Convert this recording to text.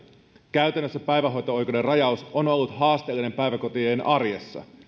käytännössä päivähoito oikeuden rajaus on ollut haasteellinen päiväkotien arjessa